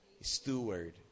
steward